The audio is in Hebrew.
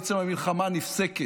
ובעצם המלחמה נפסקת.